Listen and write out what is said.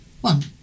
One